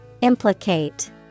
Implicate